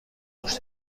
موش